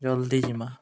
ଜଲ୍ଦି ଯିମା